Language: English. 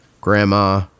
grandma